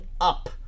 up